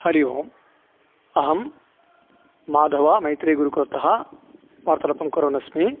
हरि ओम् अहं माधव मैत्रेयी गुरुकुलतः वार्तालापं कुर्वन् अस्मि